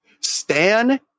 Stan